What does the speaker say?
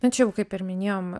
na čia jau kaip ir minėjom